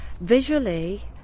Visually